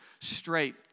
straight